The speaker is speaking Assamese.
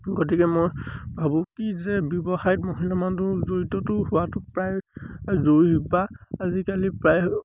গতিকে মই ভাবোঁ কি যে ব্যৱসায়ত মহিলা মানুহ জড়িতটো হোৱাটো প্ৰায় জৰুৰী বা আজিকালি প্ৰায়